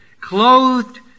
clothed